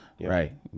Right